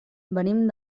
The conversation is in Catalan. venim